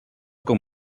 con